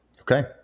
Okay